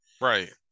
Right